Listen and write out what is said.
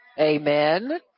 amen